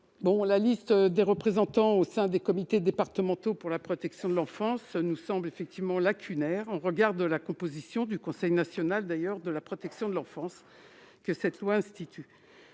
La liste des représentants au sein des comités départementaux pour la protection de l'enfance nous semble effectivement lacunaire, en regard, d'ailleurs, de la composition du Conseil national de la protection de l'enfance, que ce projet de loi institue.